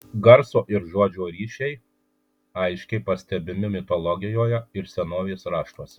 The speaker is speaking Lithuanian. garso ir žodžio ryšiai aiškiai pastebimi mitologijoje ir senovės raštuose